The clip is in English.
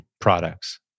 products